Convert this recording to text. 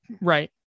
Right